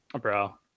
bro